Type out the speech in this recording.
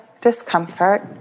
discomfort